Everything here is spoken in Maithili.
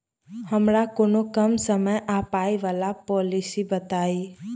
हमरा कोनो कम समय आ पाई वला पोलिसी बताई?